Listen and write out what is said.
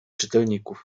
czytelników